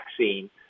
vaccine